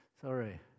sorry